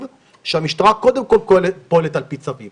שהמשטרה קודם כל פועלת על פי צווים.